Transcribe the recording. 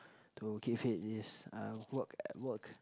to keep fit is uh work work